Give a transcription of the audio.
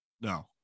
No